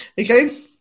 Okay